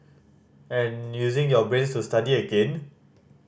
and using your brains to study again